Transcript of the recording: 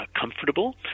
Comfortable